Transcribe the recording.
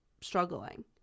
struggling